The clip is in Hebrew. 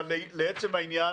אבל לעצם העניין,